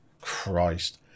Christ